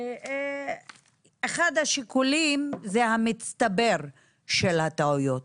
אחד השיקולים זה המצטבר של הטעויות,